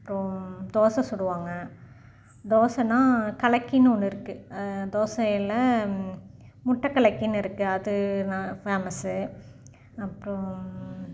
அப்புறோம் தோசை சுடுவாங்க தோசைன்னா கலக்கின்னு ஒன்று இருக்குது தோசையில் முட்டை கலக்கின்னு இருக்குது அதுனால் ஃபேமஸ்ஸு அப்புறோம்